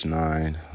nine